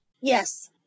Yes